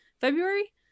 February